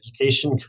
education